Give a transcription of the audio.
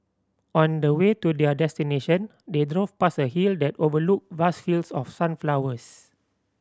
on the way to their destination they drove past a hill that overlooked vast fields of sunflowers